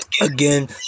again